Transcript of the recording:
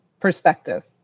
perspective